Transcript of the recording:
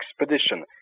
expedition